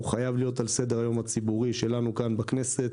חייב להיות על סדר היום הציבורי שלנו כאן בכנסת.